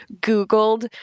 Googled